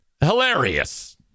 hilarious